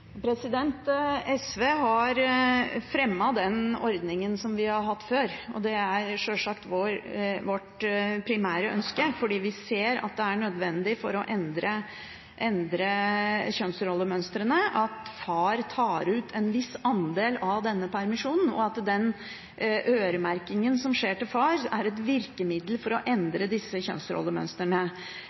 SV har fremmet den ordningen som vi har hatt før. Det er sjølsagt vårt primære ønske, for vi ser at det er nødvendig for å endre kjønnsrollemønstrene at far tar ut en viss andel av denne permisjonen, og at den øremerkingen som skjer til far, er et virkemiddel for å endre disse kjønnsrollemønstrene.